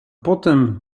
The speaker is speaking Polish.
potem